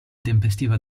tempestiva